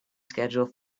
schedule